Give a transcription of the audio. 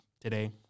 today